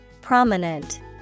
Prominent